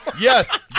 Yes